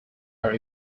are